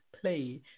play